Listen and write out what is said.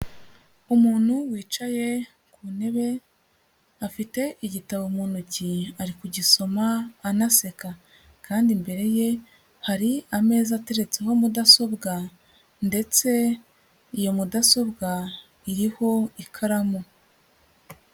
Umuntu wicaye ku ntebe, afite igitabo mu ntoki ari kugisoma, anaseka kandi imbere ye, hari ameza ateretse mudasobwa ndetse iyo mudasobwa iriho ikaramu.